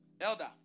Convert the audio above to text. Elder